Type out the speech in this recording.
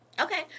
Okay